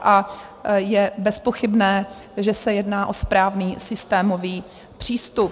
A je bezpochybné, že se jedná o správný systémový přístup.